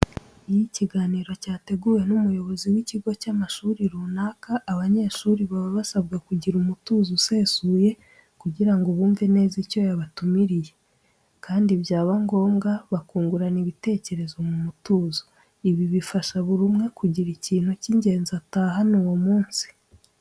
Iyo ikiganiro cyateguwe n'umuyobozi w'ikigo cy'amashuri runaka, abanyeshuri baba basabwa kugira umutuzo usesuye kugira ngo bumve neza icyo yabatumiriye kandi byaba ngombwa bakungurana ibitekerezo mu mutuzo. Ibi bifasha buri umwe kugira ikintu cy'ingenzi atahana uwo munsi.